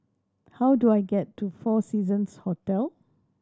how do I get to Four Seasons Hotel